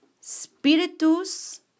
spiritus